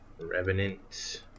revenant